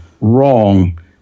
wrong